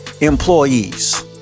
employees